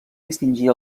distingir